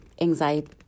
anxiety